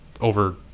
over